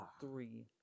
three